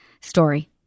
story